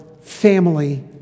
family